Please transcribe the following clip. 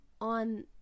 on